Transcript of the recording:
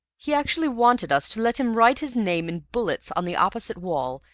he actually wanted us to let him write his name in bullets on the opposite wall,